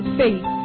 faith